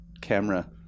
camera